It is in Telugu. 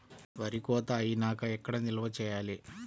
వరి కోత అయినాక ఎక్కడ నిల్వ చేయాలి?